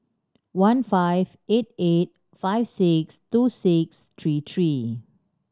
one five eight eight five six two six three three